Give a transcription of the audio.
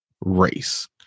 race